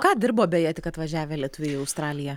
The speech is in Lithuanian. ką dirbo beje tik atvažiavę lietuviai į australiją